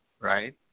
right